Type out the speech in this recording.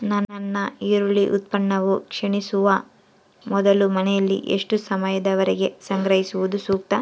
ನನ್ನ ಈರುಳ್ಳಿ ಉತ್ಪನ್ನವು ಕ್ಷೇಣಿಸುವ ಮೊದಲು ಮನೆಯಲ್ಲಿ ಎಷ್ಟು ಸಮಯದವರೆಗೆ ಸಂಗ್ರಹಿಸುವುದು ಸೂಕ್ತ?